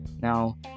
Now